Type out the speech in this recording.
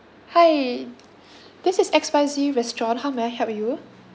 hi this is X Y Z restaurant how may I help you